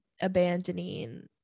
abandoning